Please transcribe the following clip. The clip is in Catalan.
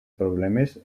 problemes